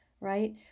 right